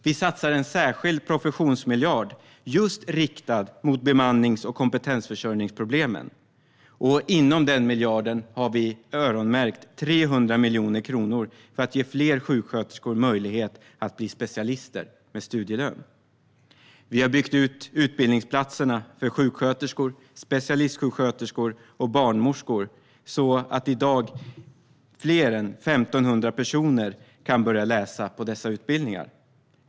Vi satsar en särskild professionsmiljard som just är riktad mot bemannings och kompetensförsörjningsproblemen. Inom den miljarden har vi öronmärkt 300 miljoner kronor för att ge fler sjuksköterskor möjlighet att bli specialister med studielön. Vi har byggt ut antalet utbildningsplatser för sjuksköterskor, specialistsjuksköterskor och barnmorskor så att fler än 1 500 personer i dag kan börja läsa på dessa utbildningar.